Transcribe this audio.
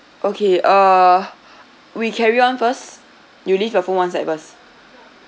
okay uh we carry on first you leave your phone one side first